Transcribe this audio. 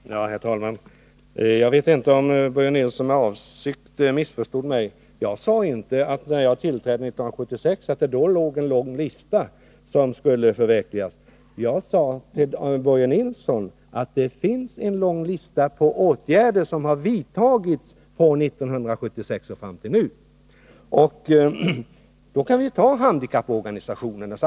Herr talman! Jag vet inte om Börje Nilsson med avsikt missförstod mig. Jag sade inte att det när jag tillträdde 1976 fanns en lång lista som skulle förverkligas. Jag sade, Börje Nilsson, att det finns en lång lista på åtgärder som har vidtagits från 1976 och fram till nu. Vi kan som exempel ta anslaget till handikapporganisationerna.